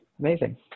Amazing